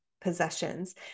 possessions